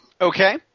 Okay